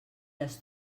les